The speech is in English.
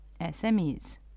SMEs